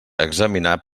examinar